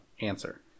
answer